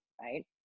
right